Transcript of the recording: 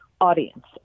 audience